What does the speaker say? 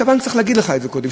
שהבנק צריך להגיד לך את זה קודם,